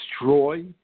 destroy